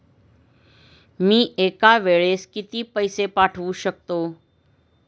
मी एका वेळेस किती पैसे पाठवू शकतो?